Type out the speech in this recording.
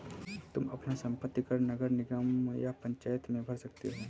तुम अपना संपत्ति कर नगर निगम या पंचायत में भर सकते हो